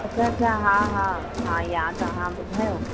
अच्छा हा हा हा यादि आहे हा बुधायो